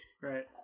Right